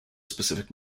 specific